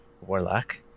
Warlock